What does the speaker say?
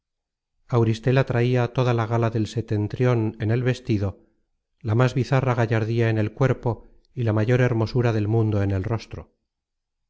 auristela traia toda la gala del setentrion en el vestido la más bizarra gallardía en el cuerpo y la mayor hermosura del mundo en el rostro